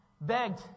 begged